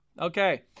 Okay